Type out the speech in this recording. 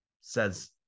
says